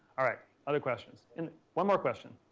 alright. other questions? and one more question.